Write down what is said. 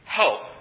help